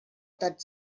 tot